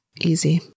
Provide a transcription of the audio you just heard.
Easy